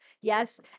yes